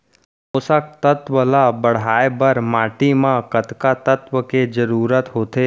पोसक तत्व ला बढ़ाये बर माटी म कतका तत्व के जरूरत होथे?